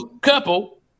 couple